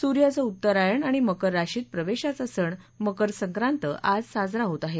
सूर्याच उत्तरायण आणि मकर राशीत प्रवेशाचा सण मकर संक्रांत आज साजरा होत आहे